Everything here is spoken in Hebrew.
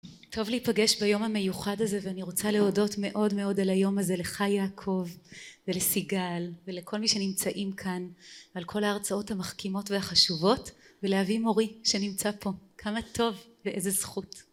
טוב להיפגש ביום המיוחד הזה. ואני רוצה להודות, מאוד מאוד, על היום הזה. לך יעקב, ולסיגל, ולכל מי שנמצאים כאן, על כל ההרצאות המחכימות והחשובות, ולאבי מורי שנמצא פה, כמה טוב ואיזה זכות.